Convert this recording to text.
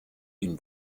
ihn